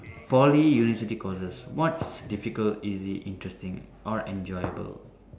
Poly university courses what's difficult easy interesting or enjoyable